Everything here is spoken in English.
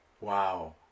Wow